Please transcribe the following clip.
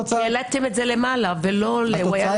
העליתם את זה למעלה ולא למטה.